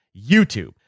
YouTube